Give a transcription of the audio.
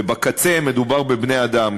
ובקצה מדובר בבני-אדם.